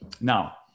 Now